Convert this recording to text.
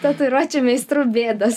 tatuiruočių meistrų bėdos